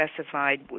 specified